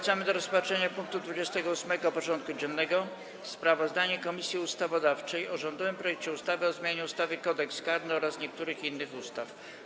Powracamy do rozpatrzenia punktu 28. porządku dziennego: Sprawozdanie Komisji Ustawodawczej o rządowym projekcie ustawy o zmianie ustawy Kodeks karny oraz niektórych innych ustaw.